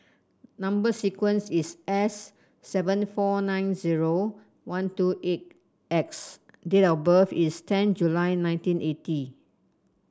number sequence is S seven four nine zero one two eight X date of birth is ten July nineteen eighty